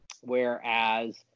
whereas